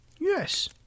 Yes